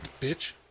Bitch